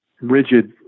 rigid